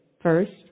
First